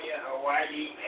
Hawaii